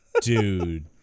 dude